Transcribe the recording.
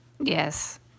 Yes